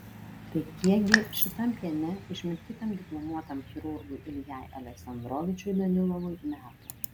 tai kiekgi šitam piene išmirkytam diplomuotam chirurgui iljai aleksandrovičiui danilovui metų